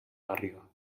garriga